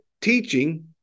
teaching